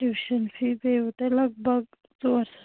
tuition fee پیٚوٕ تۄہہِ لَگ بَگ ژوٚر ساس رۄپیہِ